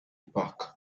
pack